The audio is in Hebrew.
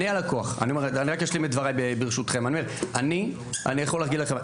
אני רק אשלים את דבריי, ברשותכם.